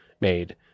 made